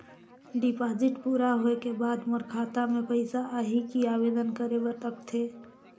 Deposit पूरा होय के बाद मोर खाता मे पइसा आही कि आवेदन करे बर लगथे?